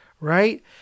right